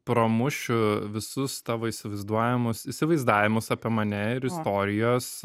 pramušiu visus tavo įsivaizduojamus įsivaizdavimus apie mane ir istorijos